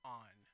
on